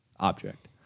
object